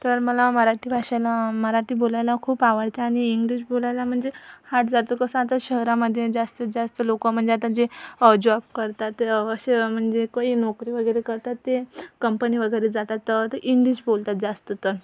तर मला मराठी भाषेला मराठी बोलायला खूप आवडते आणि इंग्लिश बोलायला म्हणजे हार्ड जातो कसं आता शहरामध्ये जास्तीतजास्त लोक म्हणजे आता जे जॉब करतात ते असे म्हणजे कोणी नोकरी वगैरे करतात ते कंपनी वगैरे जातात तर इंग्लिश बोलतात जास्ततर